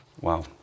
wow